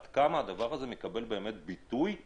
עד כמה הדבר הזה מקבל ביטוי הירואי?